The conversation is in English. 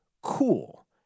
Cool